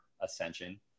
ascension